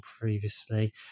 previously